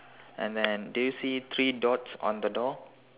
and then do you see three dots on the door